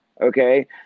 Okay